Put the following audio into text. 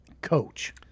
coach